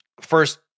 first